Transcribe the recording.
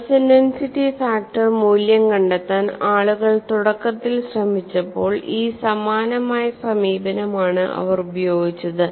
stress intensity factor മൂല്യം കണ്ടെത്താൻ ആളുകൾ തുടക്കത്തിൽ ശ്രമിച്ചപ്പോൾ ഈ സമാനമായ സമീപനമാണ് അവർ ഉപയോഗിച്ചത്